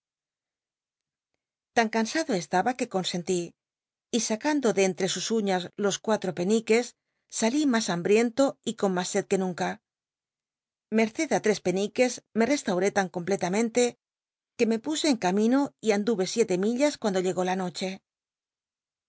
tan cansado estaba que consentí y sacando de entre sus uñas los cuatro penic ues salí mas hamhricnto y con mas sed que nunca merced á tres peniques me restauré lan completamente que me puse en camino y anduve siete millas cuando llegó la noche